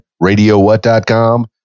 RadioWhat.com